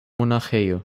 monaĥejo